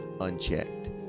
unchecked